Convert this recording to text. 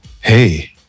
Hey